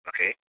Okay